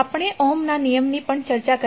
આપણે ઓહમના નિયમ Ohm's Law ની પણ ચર્ચા કરી